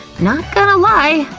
not gonna lie,